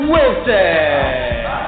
Wilson